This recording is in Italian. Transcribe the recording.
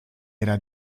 era